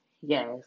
Yes